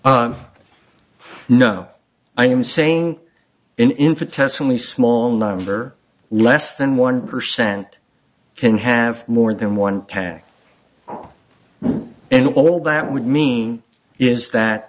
k no i'm saying in protests only small number less than one percent can have more than one pack and all that would mean is that